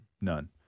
None